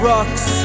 Rocks